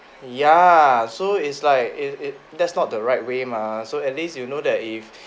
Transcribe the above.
ya so is like it it that's not the right way mah so at least you know that if